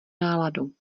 náladu